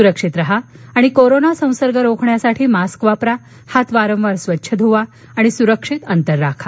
सुरक्षित राहा आणि कोरोना संसर्ग रोखण्यासाठी मास्क वापरा हात वारंवार स्वच्छ धुवा आणि सुरक्षित अंतर राखा